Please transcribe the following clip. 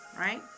Right